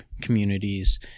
communities